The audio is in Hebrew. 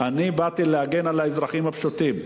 אני באתי להגן על האזרחים הפשוטים.